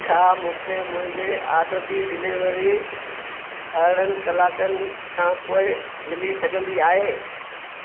छा मूंखे मुंहिंजे ऑडर जी डिलीवरी अरिड़हनि कलाकनि खां पोएं मिली सघंदी आहे